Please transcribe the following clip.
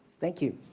thank you.